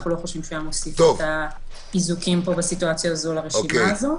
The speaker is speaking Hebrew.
אנחנו לא חושבים שהיה מוסיף את האיזוקים בסיטואציה הזו לרשימה הזו.